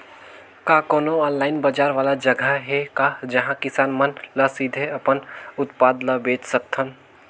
का कोनो ऑनलाइन बाजार वाला जगह हे का जहां किसान मन ल सीधे अपन उत्पाद ल बेच सकथन?